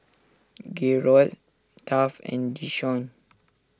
Gerold Taft and Deshawn